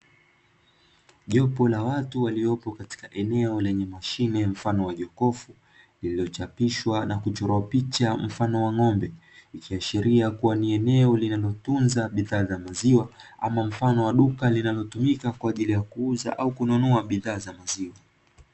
Jopo la watu waliopo katika eneo lenye mashine mfano wa jokofu, lililochapishwa na kuchorwa picha mfano wa ng’ombe. Ikiashiria kuwa ni eneo linalotunza bidhaa za maziwa ama mfano mfano wa duka linalotumika kwa ajili ya kuuza au kununu bidhaa za maziwa.